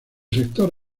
sector